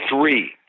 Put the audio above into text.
three